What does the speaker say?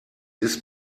ist